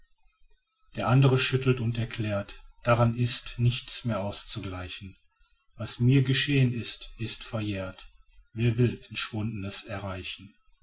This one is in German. der andre schüttelt und erklärt daran ist nichts mehr auszugleichen was mir geschehn ist ist verjährt wer will entschwundenes erreichen